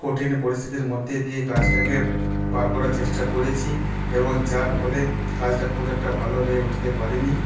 কঠিন পরিস্থিতির মধ্যে দিয়ে কাজটাকে পার করার চেষ্টা করেছি এবং যার ফলে কাজটা খুব একটা ভালো হয়ে উঠতে পারেনি